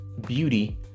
beauty